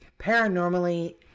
paranormally